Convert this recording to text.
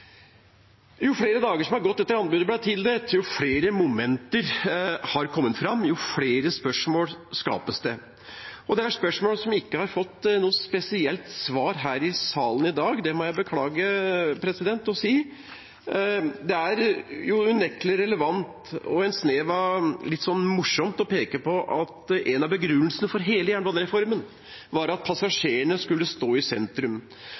Jo flere dager som har gått etter at anbudet ble tildelt, jo flere momenter har kommet fram, og jo flere spørsmål skapes det – og det er spørsmål som ikke har fått noe spesielt svar her i salen i dag, det må jeg beklageligvis si. Det er unektelig relevant og et snev av morsomt å peke på at en av begrunnelsene for hele jernbanereformen var at passasjerene skulle stå i sentrum.